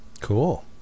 Cool